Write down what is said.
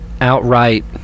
outright